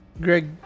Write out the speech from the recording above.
Greg